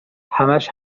همش